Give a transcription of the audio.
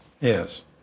Yes